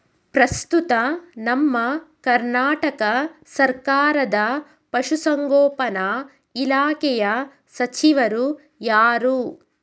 ಪ್ರಸ್ತುತ ನಮ್ಮ ಕರ್ನಾಟಕ ಸರ್ಕಾರದ ಪಶು ಸಂಗೋಪನಾ ಇಲಾಖೆಯ ಸಚಿವರು ಯಾರು?